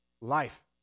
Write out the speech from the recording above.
life